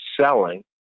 selling